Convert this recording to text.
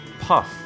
puff